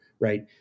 right